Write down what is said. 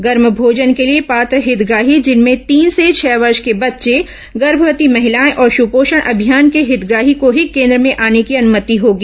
गर्म भोजन के लिए पात्र हिंतग्राही जिनमें तीन से छह वर्ष के बच्चे गर्भवती महिलाएं और सपोषण अभियान के हितग्राही को ही केन्द्र में आने की अनुमति होगी